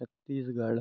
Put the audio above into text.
Chhattisgarh